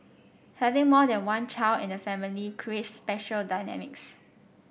having more than one child in the family creates special dynamics